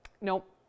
nope